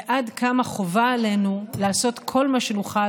ועד כמה חובה עלינו לעשות כל מה שנוכל